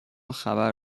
خبر